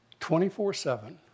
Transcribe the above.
24-7